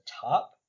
top